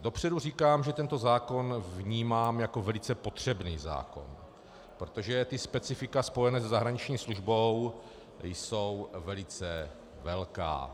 Dopředu říkám, že tento zákon vnímám jako velice potřebný zákon, protože specifika spojená se zahraniční službou jsou velice velká.